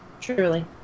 Truly